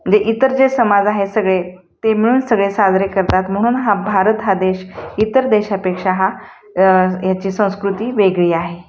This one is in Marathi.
जे इतर जे समाज आहे सगळे ते मिळून सगळे साजरे करतात म्हणून हा भारत हा देश इतर देशापेक्षा हा याची संस्कृती वेगळी आहे